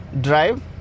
drive